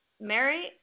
Mary